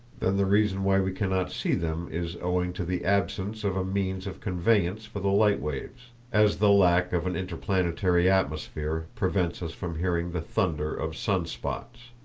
then the reason why we cannot see them is owing to the absence of a means of conveyance for the light waves, as the lack of an interplanetary atmosphere prevents us from hearing the thunder of sun-spots.